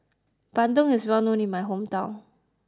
Bandung is well known in my hometown